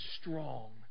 strong